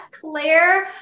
Claire